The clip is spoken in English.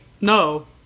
no